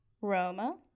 Roma